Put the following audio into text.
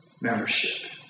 membership